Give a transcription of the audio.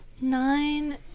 Nine